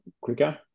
quicker